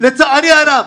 לצערי הרב,